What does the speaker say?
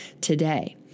today